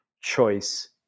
choice